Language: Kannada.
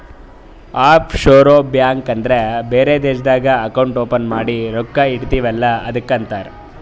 ಆಫ್ ಶೋರ್ ಬ್ಯಾಂಕ್ ಅಂದುರ್ ಬೇರೆ ದೇಶ್ನಾಗ್ ಅಕೌಂಟ್ ಓಪನ್ ಮಾಡಿ ರೊಕ್ಕಾ ಇಡ್ತಿವ್ ಅಲ್ಲ ಅದ್ದುಕ್ ಅಂತಾರ್